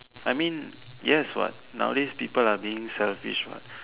I mean yes what nowadays people are being selfish what